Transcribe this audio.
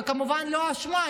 וכמובן לא אשמה,